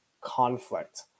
conflict